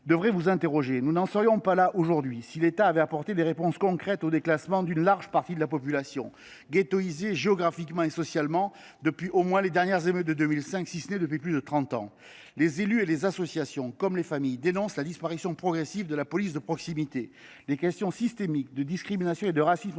devraient vous interpeller. Nous n’en serions pas là aujourd’hui si l’État avait apporté des réponses concrètes au déclassement d’une large partie de la population, ghettoïsée géographiquement et socialement, au moins depuis les dernières émeutes de 2005, si ce n’est depuis plus de trente ans. Les élus et les associations, comme les familles, dénoncent la disparition progressive de la police de proximité. Les questions systémiques, telles que celle des discriminations et du racisme